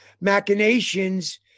machinations